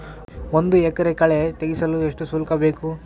ಒಂದು ಎಕರೆ ಕಳೆ ತೆಗೆಸಲು ಎಷ್ಟು ಶುಲ್ಕ ಬೇಕು?